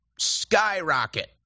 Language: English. Skyrocket